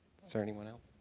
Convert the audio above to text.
is there anyone else?